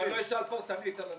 שאני לא אשאל פרטנית על אנשים,